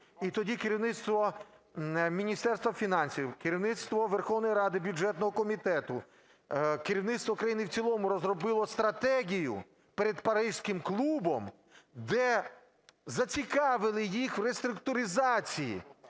І тоді керівництво Міністерства фінансів, керівництво Верховної Ради, бюджетного комітету, керівництво країни в цілому розробило стратегію перед Паризьким клубом, де зацікавили їх в реструктуризації.